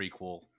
prequel